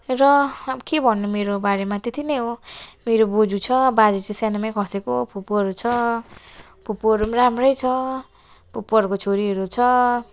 र अब के भन्नु मेरो बारेमा त्यति नै हो मेरो बोजू छ बाजे चाहिँ सानोमै खसेको फुपूहरू छ फुपूहरू पनि राम्रै छ फुपूहरूको छोरीहरू छ